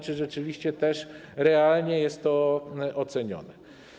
Czy rzeczywiście też realnie jest to ocenione?